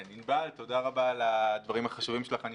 תודה רבה על הדברים החשובים שלך, ענבל.